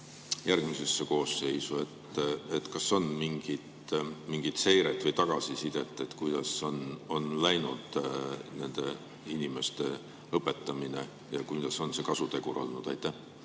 järgmisesse koosseisu. Kas on mingit seiret või tagasisidet, kuidas on läinud inimeste õpetamine ja milline on see kasutegur olnud? Aitäh